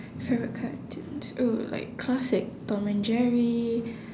favourite cartoons oh like classic tom and jerry